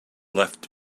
left